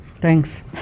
thanks